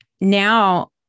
now